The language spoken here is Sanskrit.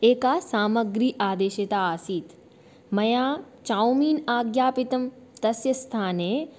एका सामग्री आदेशिता आसीत् मया चौमीन् आज्ञापितं तस्य स्थाने